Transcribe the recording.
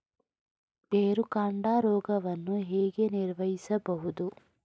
ಬೇರುಕಾಂಡ ರೋಗವನ್ನು ಹೇಗೆ ನಿರ್ವಹಿಸಬಹುದು?